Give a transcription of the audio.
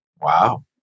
Wow